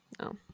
No